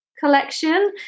Collection